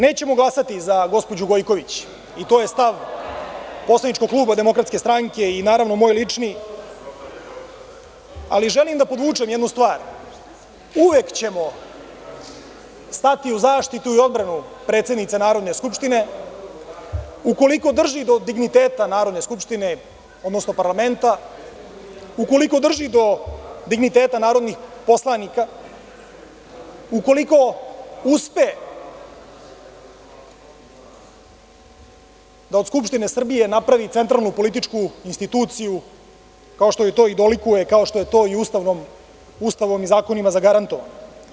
Nećemo glasati za gospođu Gojković, i to je stav Poslaničkog kluba DS i moj lični, ali želim da podvučem jednu stvar, uvek ćemo stati u zaštitu i odbranu predsednice Narodne skupštine ukoliko drži do digniteta Narodne skupštine, odnosno parlamenta, ukoliko drži do digniteta narodnih poslanika, ukoliko uspe da od Skupštine Srbije napravi centralnu političku instituciju, kao što joj to i dolikuje, kao što joj je to Ustavom i zakonima zagarantovano.